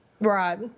Right